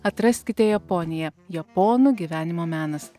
atraskite japoniją japonų gyvenimo menas